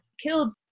killed